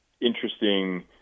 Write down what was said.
interesting